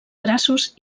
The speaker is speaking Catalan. grassos